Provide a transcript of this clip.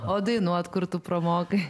o dainuot kur tu pramokai